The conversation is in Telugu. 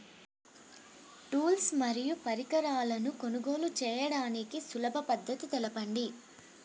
టూల్స్ మరియు పరికరాలను కొనుగోలు చేయడానికి సులభ పద్దతి తెలపండి?